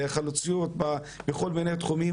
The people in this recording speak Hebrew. חלוציות בכל מיני תחומים,